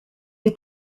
est